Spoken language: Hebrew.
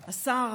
השר,